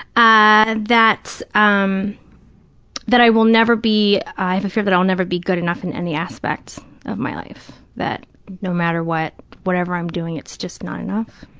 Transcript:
that um that i will never be, i have a fear that i'll never be good enough in any aspect of my life, that no matter what, whatever i'm doing, it's just not enough.